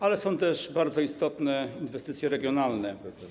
Ale są też bardzo istotne inwestycje regionalne.